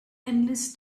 endless